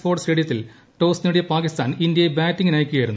Ford സ്റ്റേഡിത്തിൽ toss നേടിയ പാകിസ്ഥാൻ് ഇന്ത്യയെ ബാറ്റിംഗിനയക്കുകയായിരുന്നു